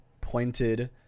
pointed